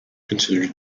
considered